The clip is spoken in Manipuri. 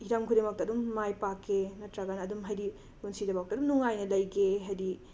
ꯍꯤꯔꯝ ꯈꯨꯗꯤꯡꯃꯛꯇ ꯑꯗꯨꯝ ꯃꯥꯏ ꯄꯥꯛꯀꯦ ꯅꯠꯇ꯭ꯔꯒꯅ ꯑꯗꯨꯝ ꯍꯥꯏꯗꯤ ꯁꯤꯗ꯭ꯔꯤꯐꯥꯎꯗ ꯑꯗꯨꯝ ꯅꯨꯡꯉꯥꯏꯅ ꯂꯩꯒꯦ ꯍꯥꯏꯗꯤ